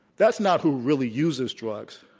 that's not who really uses drugs.